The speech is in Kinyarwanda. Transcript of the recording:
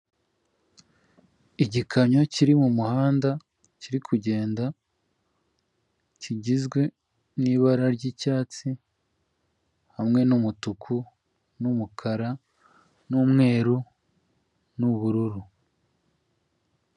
Igikamyo kiri mu muhanda kiri kugenda kigizwe n'ibara ry'icyatsi hamwe n'umutuku n'umukara n'umweru nubururu.